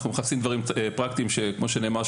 אנחנו מחפשים דברים פרקטיים שכמו שנאמר,